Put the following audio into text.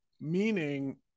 meaning